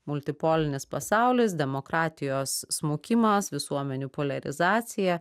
multipolinis pasaulis demokratijos smukimas visuomenių poliarizacija